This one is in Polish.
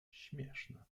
śmieszne